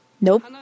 Nope